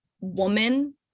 woman